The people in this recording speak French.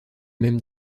même